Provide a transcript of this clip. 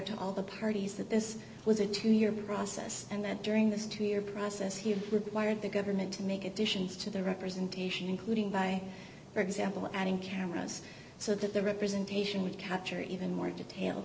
to all the parties that this was a two year process and that during this two year process he required the government to make additions to the representation including by for example adding cameras so that the representation would capture even